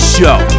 Show